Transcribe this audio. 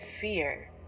fear